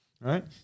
Right